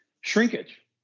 shrinkage